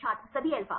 छात्र सभी अल्फा